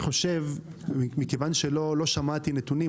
מכיוון שלא שמעתי נתונים,